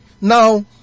Now